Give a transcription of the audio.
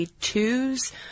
twos